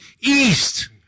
east